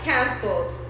Canceled